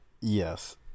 Yes